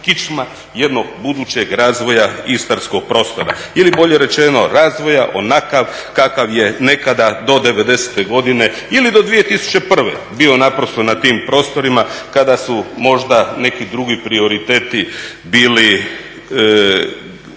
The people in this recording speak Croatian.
kičma jednog budućeg razvoja istarskog prostora ili bolje rečeno, razvoja onakav kakav je nekada do '90. godine ili do 2001. bio naprosto na tim prostorima kada su možda neki drugi prioriteti bili